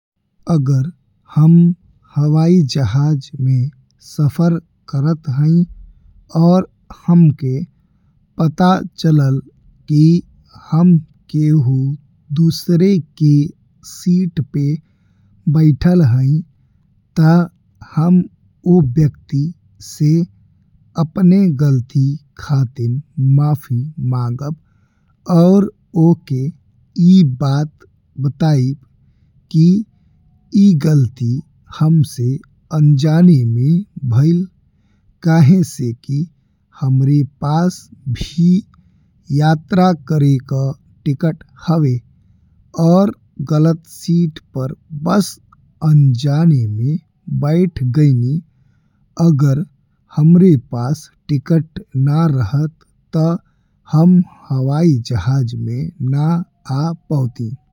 अगर हम हवाई जहाज में सफर करत हईं। और हमके पता चलल कि हम कहीं दुसरे के सीट पे बैठल हईं। ता हम वो व्यक्ति से अपने गलती खातिर माफी माँगब और ओकर ई बात बताइब कि ई गलती हमसे अनजाने में भइल। काहे से कि हमरा पास भी यात्रा करे का टिकट हवे और गलत सीट पर बस अनजाने में बैठ गयली। अगर हमरा पास टिकट ना रहत ता हम हवाई जहाज में ना आ पावती।